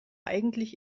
eigentlich